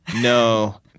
No